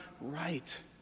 right